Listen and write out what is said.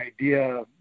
idea